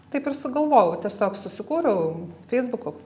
taip ir sugalvojau tiesiog susikūriau feisbuko